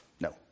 No